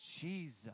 Jesus